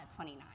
29